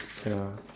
ya